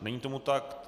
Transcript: Není tomu tak.